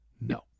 No